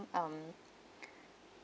um